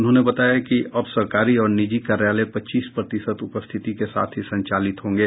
उन्होंने बताया कि अब सरकारी और निजी कार्यालय पच्चीस प्रतिशत उपस्थिति के साथ ही संचालित होंगे